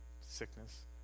sickness